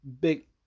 big